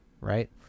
right